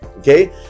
Okay